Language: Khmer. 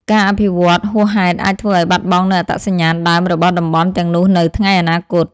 ការអភិវឌ្ឍហួសហេតុអាចធ្វើឱ្យបាត់បង់នូវអត្តសញ្ញាណដើមរបស់តំបន់ទាំងនោះនៅថ្ងៃអនាគត។